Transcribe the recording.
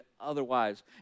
otherwise